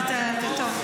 בבקשה.